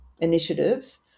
initiatives